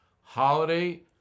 Holiday